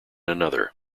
another